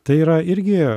tai yra irgi